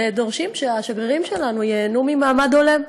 ודורשים שהשגרירים שלנו ייהנו ממעמד הולם.